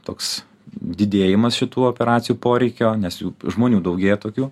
toks didėjimas šitų operacijų poreikio nes jų žmonių daugėja tokių